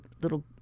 little